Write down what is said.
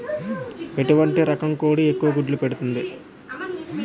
ఎటువంటి రకం కోడి ఎక్కువ గుడ్లు పెడుతోంది?